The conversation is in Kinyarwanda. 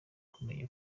kumenya